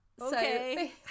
okay